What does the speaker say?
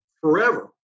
forever